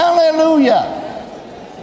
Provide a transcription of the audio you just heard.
hallelujah